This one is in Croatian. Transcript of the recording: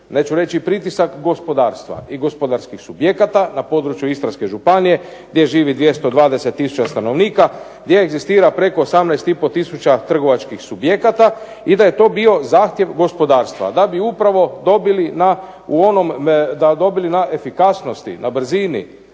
neću reći pritisak gospodarstva, i gospodarskih subjekata na području Istarske županije, gdje živi 220 tisuća stanovnika, gdje egzistira preko 18 i po tisuća trgovačkih subjekata i da je to bio zahtjev gospodarstva, da bi upravo dobili na, u onom, dobili